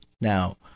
Now